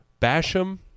Basham